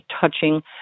touching